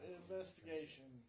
investigation